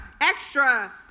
extra